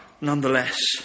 nonetheless